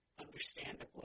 understandably